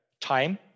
time